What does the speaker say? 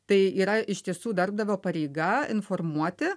tai yra iš tiesų darbdavio pareiga informuoti